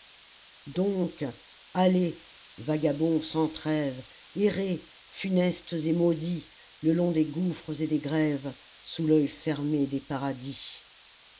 donc allez vagabonds sans trêves errez funestes et maudits le long des gouffres et des grèves sous l'oeil fermé des paradis